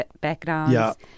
backgrounds